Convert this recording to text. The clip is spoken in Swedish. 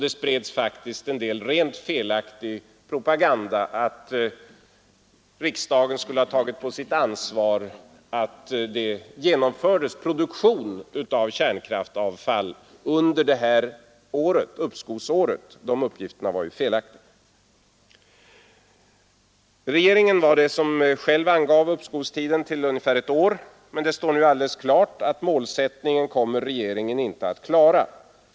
Det spreds faktiskt en rent felaktig propaganda att riksdagen skulle ha tagit på sitt ansvar att det genomfördes produktion av kärnkraftavfall under uppskovsåret. De uppgifterna var ju felaktiga. Regeringen angav själv uppskovstiden till ungefär ett år. Det står alldeles klart att regeringen inte kommer att klara den målsättningen.